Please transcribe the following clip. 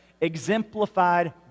exemplified